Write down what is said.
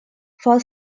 for